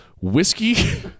whiskey